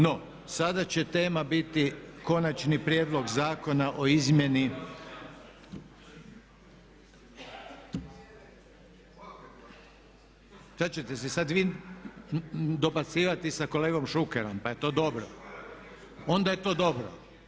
No, sada će tema biti Konačni prijedlog zakona o izmjeni …… [[Upadica se ne čuje.]] Šta ćete se sada vi dobacivati sa kolegom Šukerom pa je to dobro, onda je to dobro.